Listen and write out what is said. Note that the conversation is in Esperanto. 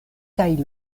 kaj